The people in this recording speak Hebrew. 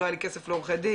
לא היה לי כסף לעורכי דין,